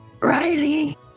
Riley